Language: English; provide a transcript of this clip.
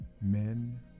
men